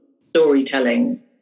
storytelling